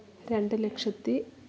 രണ്ട് ലക്ഷത്തി